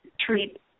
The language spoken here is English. treat